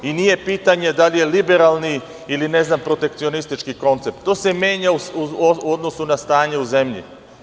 Nije pitanje da li je liberalni ili ne znam protekcionistički koncept, to se menja u odnosu na stanje u zemlji.